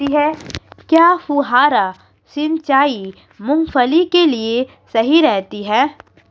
क्या फुहारा सिंचाई मूंगफली के लिए सही रहती है?